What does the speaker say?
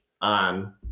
on